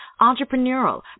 entrepreneurial